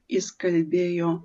jis kalbėjo